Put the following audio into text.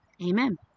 amen